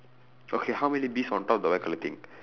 okay how many bees on top of the white colour thing